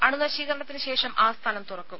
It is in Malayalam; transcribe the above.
അണുനശീകരണത്തിന് ശേഷം ആസ്ഥാനം തുറക്കും